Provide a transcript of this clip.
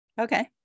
Okay